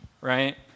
right